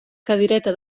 cadireta